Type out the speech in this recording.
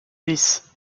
this